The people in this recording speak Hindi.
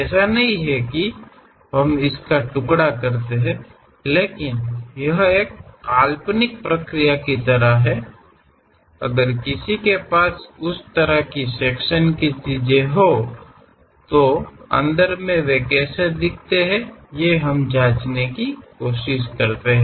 ऐसा नहीं है कि हम इसका टुकड़ा करते हैं लेकिन यह एक काल्पनिक प्रक्रिया की तरह है अगर किसी के पास उस तरह की सेक्शन की चीज हो तो अंदर में वे कैसे दिखते हैं ये हम जाचने की कोशिस करते हैं